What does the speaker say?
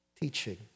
teaching